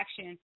action